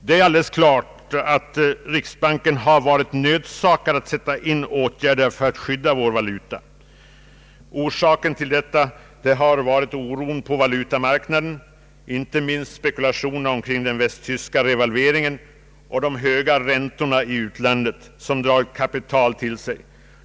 Det är alldeles klart att riksbanken har varit nödsakad att sätta in åtgärder för att skydda vår valuta. Orsaken till detta har varit oron på valutamarknaden, inte minst spekulationerna omkring den västtyska revalveringen och de höga räntorna i utlandet, som drar kapital till sig.